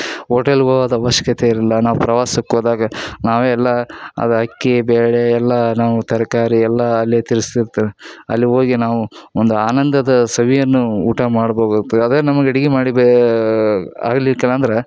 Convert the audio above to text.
ಓಟೆಲ್ಗೆ ಹೋಗೋದ್ ಅವಶ್ಯಕತೆ ಇರೋಲ್ಲ ನಾವು ಪ್ರವಾಸಕ್ಕೆ ಹೋದಾಗ ನಾವೇ ಎಲ್ಲ ಅದು ಅಕ್ಕಿ ಬೇಳೆ ಎಲ್ಲ ನಾವು ತರಕಾರಿ ಎಲ್ಲ ಅಲ್ಲೇ ಅಲ್ಲಿ ಹೋಗಿ ನಾವು ಒಂದು ಆನಂದದ ಸವಿಯನ್ನೂ ಊಟ ಮಾಡ್ಬೇಕಾಗ್ತೆ ಅದೇ ನಮ್ಗೆ ಅಡ್ಗೆ ಮಾಡಿ ಬೇ ಆಗ್ಲಿತ್ತಲ ಅಂದ್ರೆ